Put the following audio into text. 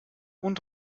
und